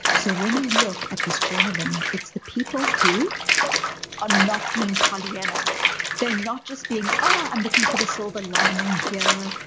so when we look at this journaling, it's the people who are not being pollyanna they're not just being, oh, i'm looking for the silver lining here.